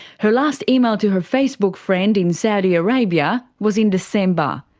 her last email to her facebook friend in saudi arabia was in december.